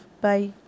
Bye